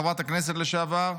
חברת הכנסת לשעבר,